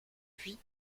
puis